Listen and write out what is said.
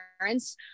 parents